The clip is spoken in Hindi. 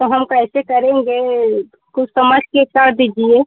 तो हम कैसे करेंगे कुछ समझ के कर दीजिए